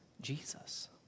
Jesus